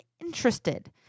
interested